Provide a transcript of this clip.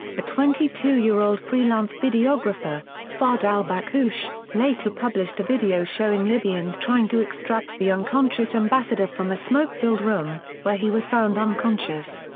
twenty two year old freelance videographer, fahd al-bakoush, later published a video showing libyans trying to extract the unconscious ambassador from a smoke-filled room, where he was found unconscious.